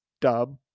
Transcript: dub